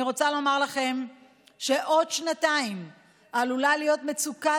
אני רוצה לומר לכם שעוד שנתיים עלולה להיות מצוקה